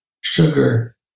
Sugar